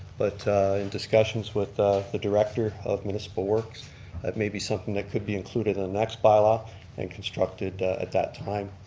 but in discussions with ah the director of municipal works, that maybe be something that could be included in the next bylaw and constructed at that time.